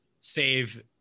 save